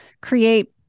create